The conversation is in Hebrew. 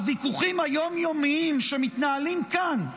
הוויכוחים היום-יומיים שמתנהלים כאן,